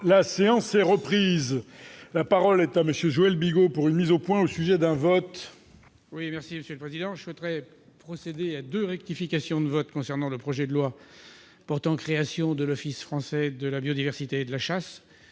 La séance s'est reprise, la parole est à monsieur Joël Bigot pour une mise au point au sujet d'un vote. Oui, merci Monsieur le Président, je souhaiterai procéder à de rectification de vote concernant le projet de loi portant création de l'Office français de la biodiversité de la chasse